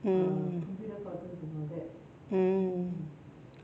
mm mm